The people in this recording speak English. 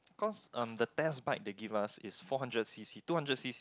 cause um the test bike they give us is four hundred C_C two hundred C